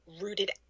rooted